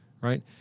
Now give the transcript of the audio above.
right